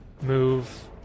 move